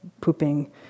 pooping